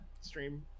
stream